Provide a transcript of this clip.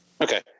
Okay